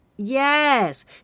Yes